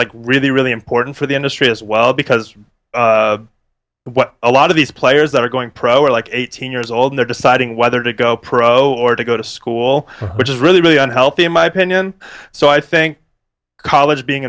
like really really important for the industry as well because what a lot of these players that are going pro are like eighteen years old they're deciding whether to go pro or to go to school which is really really unhealthy in my opinion so i think college being